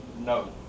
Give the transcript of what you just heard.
No